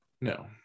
No